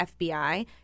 FBI